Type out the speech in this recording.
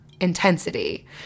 intensity